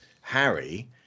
Harry